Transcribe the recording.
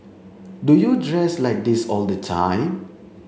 do you dress like this all the time